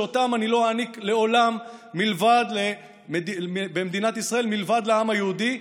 שאותן אני לא אעניק לעולם במדינת ישראל מלבד לעם היהודי,